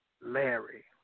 Larry